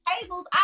tables